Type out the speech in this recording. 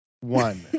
One